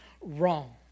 wrong